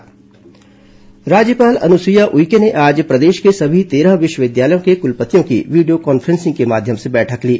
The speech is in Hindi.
राज्यपाल विवि बैठक राज्यपाल अनुसुईया उइके ने आज प्रदेश के सभी तेरह विश्वविद्यालय के कुलपतियों की वीडियो कॉन्फ्रेंसिंग के माध्यम से बैठक ली